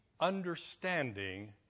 understanding